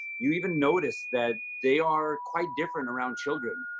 you even notice that they are quite different around children.